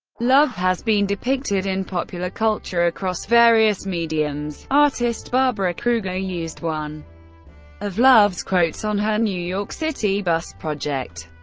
love has been depicted in popular culture across various mediums artist barbara kruger used one of love's quotes on her new york city bus project,